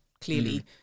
clearly